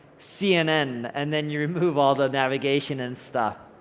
cnn, and then you remove all the navigation and stuff.